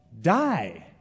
die